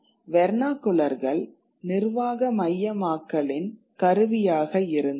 வெர்னாகுலர்கள் நிர்வாக மையமயமாக்கலின் கருவியாக இருந்தது